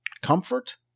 comfort